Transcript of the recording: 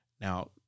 Now